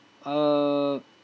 uh